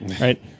right